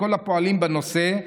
לכל הפועלים בנושא,